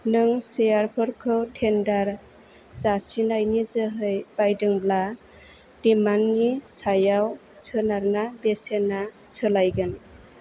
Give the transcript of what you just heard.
नों शेयारफोरखौ टेन्डार जासिनायनि जोहै बायदोंब्ला डिमान्दनि सायाव सोनारना बेसेना सोलायगोन